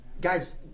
guys